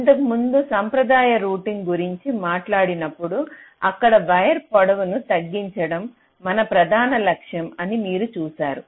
ఇంతకు ముందు సాంప్రదాయ రూటింగ్ గురించి మాట్లాడినప్పుడు అక్కడ వైర్ పొడవును తగ్గించడం మన ప్రధాన లక్ష్యం అని మీరు చూశారు